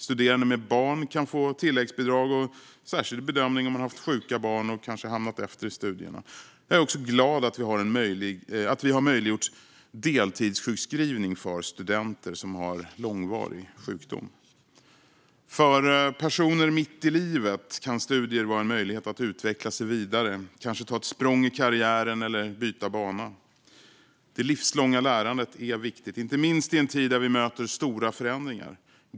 Studerande med barn kan få tilläggsbidrag och särskild bedömning om de haft sjuka barn och kanske hamnat efter i studierna. Jag är också glad över att vi har möjliggjort deltidssjukskrivning för studenter som har långvarig sjukdom. För personer mitt i livet kan studier vara en möjlighet att utveckla sig vidare och kanske ta ett språng i karriären eller byta bana. Det livslånga lärandet är viktigt, inte minst i en tid när vi möter stora förändringar.